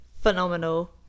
Phenomenal